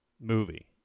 Movie